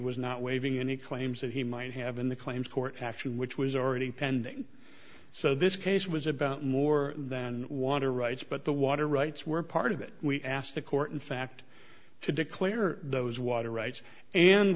was not waiving any claims that he might have in the claims court action which was already pending so this case was about more than water rights but the water rights were part of it we asked the court in fact to declare those water rights and